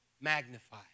magnify